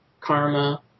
karma